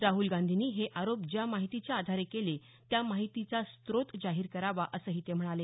राहल गांधींनी हे आरोप ज्या माहितीच्या आधारे केले त्या माहितीचा स्रोत जाहीर करावा असंही ते म्हणाले